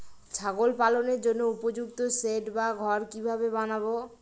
ছাগল পালনের জন্য উপযুক্ত সেড বা ঘর কিভাবে বানাবো?